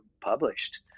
published